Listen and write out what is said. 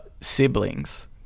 siblings